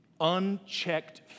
Unchecked